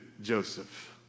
Joseph